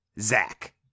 Zach